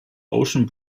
ocean